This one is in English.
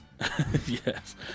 Yes